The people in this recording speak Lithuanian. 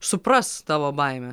supras tavo baimę